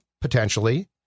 potentially